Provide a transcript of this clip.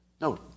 No